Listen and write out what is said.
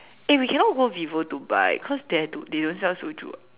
eh we cannot go Vivo to buy because they have to they don't sell soju [what]